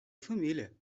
família